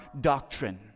doctrine